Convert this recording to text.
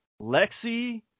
Lexi